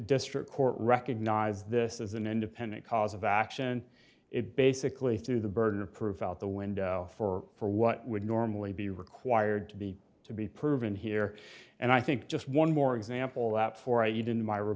district court recognized this as an independent cause of action it basically threw the burden of proof out the window for what would normally be required to be to be proven here and i think just one more example that for i need in my r